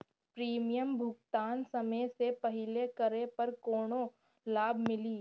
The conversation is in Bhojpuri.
प्रीमियम भुगतान समय से पहिले करे पर कौनो लाभ मिली?